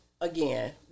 again